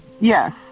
Yes